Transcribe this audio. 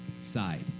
side